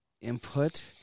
input